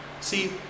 See